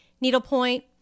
needlepoint